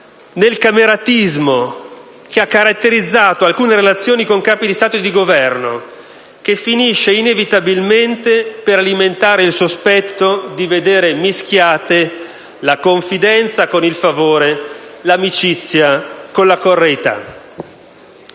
nel cameratismo che ha caratterizzato alcune relazioni con Capi di Stato e di Governo, che finisce inevitabilmente per alimentare il sospetto di vedere mischiate la confidenza con il favore, l'amicizia con la correità.